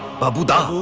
babuda? um